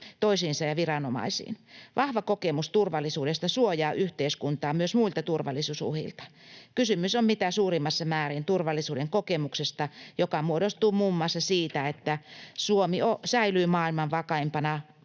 toisiinsa ja viranomaisiin. Vahva kokemus turvallisuudesta suojaa yhteiskuntaa myös muilta turvallisuusuhilta. Kysymys on mitä suurimmassa määrin turvallisuuden kokemuksesta, joka muodostuu muun muassa siitä, että Suomi säilyy maailman vakaimpana,